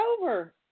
over